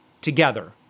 together